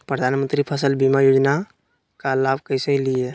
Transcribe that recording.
प्रधानमंत्री फसल बीमा योजना का लाभ कैसे लिये?